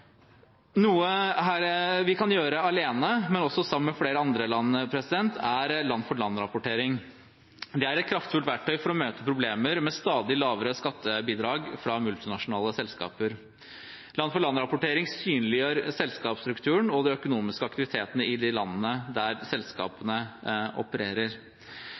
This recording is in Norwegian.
Noe vi kan gjøre alene, men også sammen med flere andre land, er land-for-land-rapportering. Det er et kraftfullt verktøy for å møte problemer med stadig lavere skattebidrag fra multinasjonale selskaper. Land-for-land-rapportering synliggjør selskapsstrukturen og den økonomiske aktiviteten i de landene der selskapene opererer.